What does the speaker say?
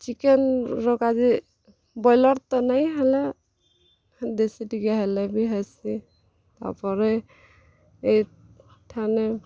ଚିକେନ୍ର କାଜେ ବ୍ରଏଲର୍ ତ ନାଇଁ ହେଲେ ଦେଶୀ ଟିକେ ହେଲେ ବି ହେଶୀ ତା'ପରେ ଏ ଠାନେ